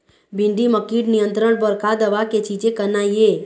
भिंडी म कीट नियंत्रण बर का दवा के छींचे करना ये?